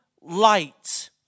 light